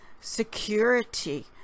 security